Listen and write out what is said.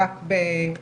אבל אנחנו רק כרגע